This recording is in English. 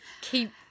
keep